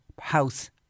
house